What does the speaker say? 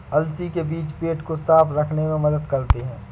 अलसी के बीज पेट को साफ़ रखने में मदद करते है